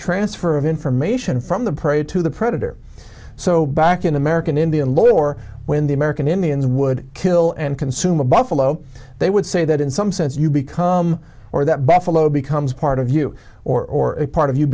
transfer of information from the prey to the predator so back in american indian law or when the american indians would kill and consume a buffalo they would say that in some sense you become or that buffalo becomes part of you or a part of you